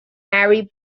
harry